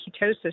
ketosis